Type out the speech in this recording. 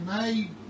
made